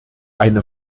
eine